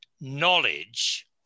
knowledge